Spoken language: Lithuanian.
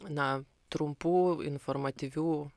na trumpų informatyvių